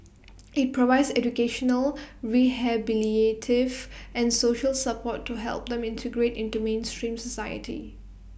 IT provides educational rehabilitative and social support to help them integrate into mainstream society